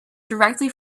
directly